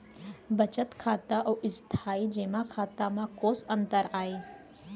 बचत खाता अऊ स्थानीय जेमा खाता में कोस अंतर आय?